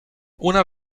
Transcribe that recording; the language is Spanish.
una